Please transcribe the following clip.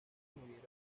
murieron